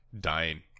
dying